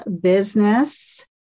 business